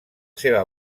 seva